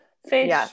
fish